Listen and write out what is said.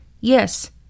Yes